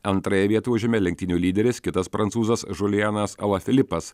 antrąją vietą užėmė lenktynių lyderis kitas prancūzas žolianas ala filipas